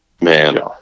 Man